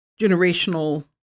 generational